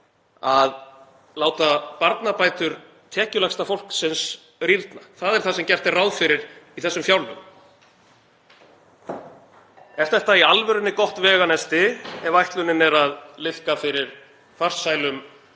að láta barnabætur tekjulægsta fólksins rýrna? Það er það sem gert er ráð fyrir í þessum fjárlögum. (Forseti hringir.) Er þetta í alvörunni gott veganesti ef ætlunin er að liðka fyrir farsælum